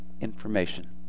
information